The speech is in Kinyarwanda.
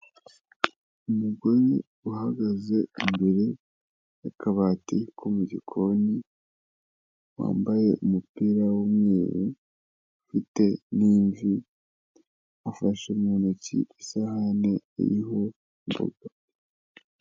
Umugore uhagaze imbere y'akabati ko mu gikoni, wambaye umupira w'umweru, ufite n'imvi, afashe mu ntoki isahani iriho imboga.